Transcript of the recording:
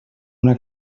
una